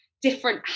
different